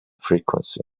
frequency